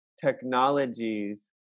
technologies